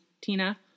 Tina